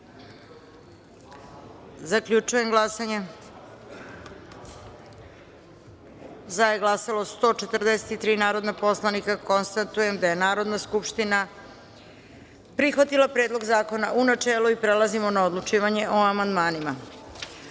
izjasnimo. Zaključujem glasanje: za je glasalo 143 narodna poslanika. Konstatujem da je Narodna skupština prihvatila Predlog zakona u načelu i prelazimo na odlučivanje o amandmanima. Stavljam